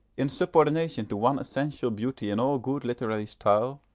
in subordination to one essential beauty in all good literary style,